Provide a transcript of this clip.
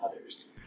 others